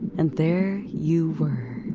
and there you were,